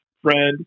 friend